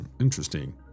Interesting